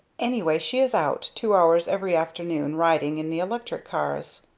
anyway she is out, two hours every afternoon, riding in the electric cars!